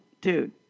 dude